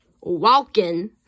walking